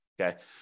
Okay